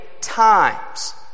times